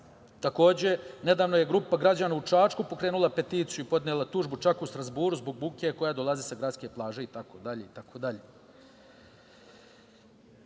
Takođe, nedavno je grupa građana u Čačku pokrenula peticiju i podnela tužbu čak u Strazburu zbog buke koja dolazi sa gradske plaže itd. Iako je